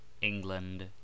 England